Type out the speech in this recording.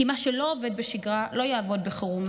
כי מה שלא עובד בשגרה לא יעבוד בחירום,